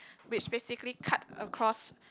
which basically cut across